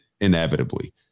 inevitably